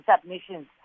submissions